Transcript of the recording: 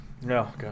No